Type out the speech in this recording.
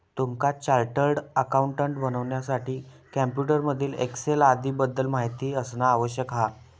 तुमका chartered accountant बनण्यासाठी computer मधील एक्सेल आदीं बद्दल माहिती असना आवश्यक हा